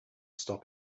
stop